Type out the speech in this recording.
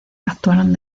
actuaron